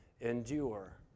endure